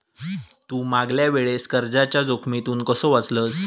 तू मागल्या वेळेस कर्जाच्या जोखमीतून कसो वाचलस